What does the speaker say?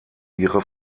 ihre